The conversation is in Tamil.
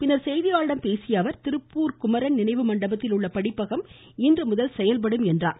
பின்னர் செய்தியாளர்களிடம் பேசிய அவர் திருப்பூர் குமரன் நினைவு மண்டபத்தில் உள்ள படிப்பகம் இன்றுமுதல் தொடர்ந்து செயல்படும் என்றார்